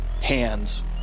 hands